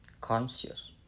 conscious